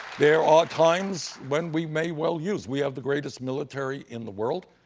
there are times when we may well use. we have the greatest military in the world,